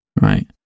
right